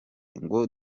ngo